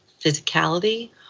physicality